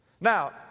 Now